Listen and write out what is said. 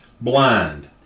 Blind